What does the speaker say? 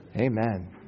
Amen